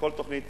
שבכל תוכנית